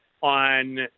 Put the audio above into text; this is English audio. on